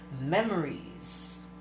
memories